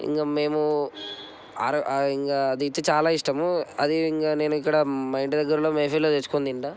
ఇంకా మేము ఆరోగ్యం ఆ ఇంకా చాలా ఇష్టము అదే విధంగా నేను ఇక్కడ మా ఇంటి దగ్గర మెహఫిల్లో తెచ్చుకుని తింటా